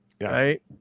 right